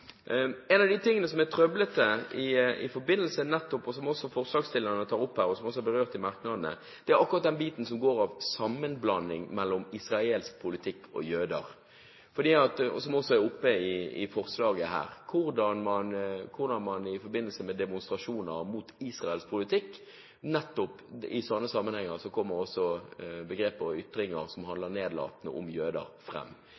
En av de tingene som er trøblete i forbindelse med nettopp dette – som forslagsstillerne tar opp her, og som også er berørt i merknadene – er akkurat den biten som går på sammenblanding av israelsk politikk og jøder, for i forbindelse med demonstrasjoner mot Israels politikk kommer også slike nedlatende begreper og ytringer